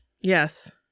yes